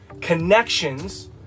connections